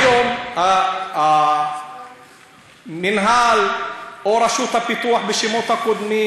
היום, המינהל, או רשות הפיתוח בשמות הקודמים,